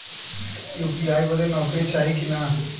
UPI बदे नौकरी चाही की ना?